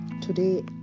Today